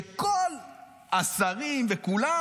שכל השרים וכולם,